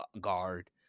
guard